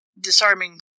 disarming